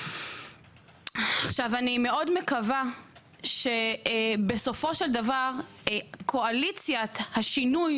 אני מאוד מקווה שבסופו של דבר קואליציית השינוי